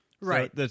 Right